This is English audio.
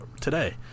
today